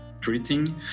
treating